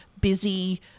busy